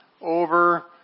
over